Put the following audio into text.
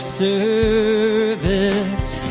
service